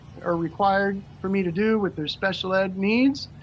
are required for me to do with their special ed needs.